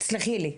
תסלחי לי,